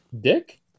Dick